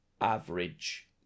average